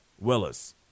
Willis